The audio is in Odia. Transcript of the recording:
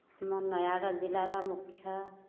ଆମ ନୟାଗଡ଼ ଜିଲ୍ଲାର ମୁଖ୍ୟ